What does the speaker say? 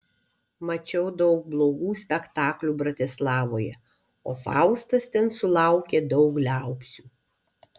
mačiau daug blogų spektaklių bratislavoje o faustas ten sulaukė daug liaupsių